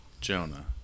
Jonah